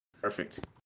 Perfect